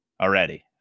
already